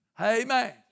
Amen